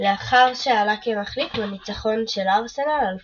לאחר שעלה כמחליף בניצחון ארסנל על פולהאם.